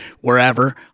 wherever